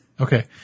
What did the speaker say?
Okay